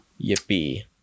Yippee